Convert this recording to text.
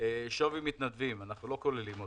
שווי מתנדבים אנחנו לא כוללים אותו.